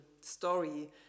story